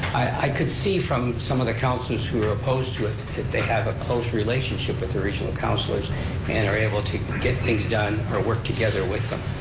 i could see from some of the councilors who were opposed to it that they have a close relationship with the regional councilors and are able to get things done or work together with them.